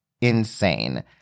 insane